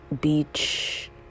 beach